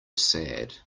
sad